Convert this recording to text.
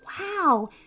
Wow